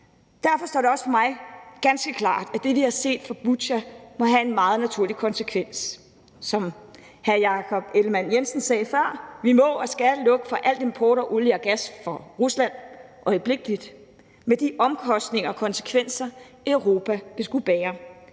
Derfor står det mig også ganske klart, at det, vi har set fra Butja, må have en meget naturlig konsekvens. Som hr. Jakob Ellemann-Jensen sagde før, må og skal vi lukke for al import af olie og gas fra Rusland øjeblikkeligt med de omkostninger og konsekvenser, Europa vil skulle bære.